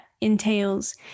entails